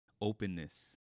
openness